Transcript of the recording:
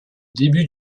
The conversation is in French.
début